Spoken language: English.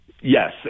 Yes